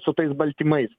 su tais baltymais